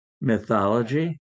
mythology